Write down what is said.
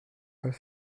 pas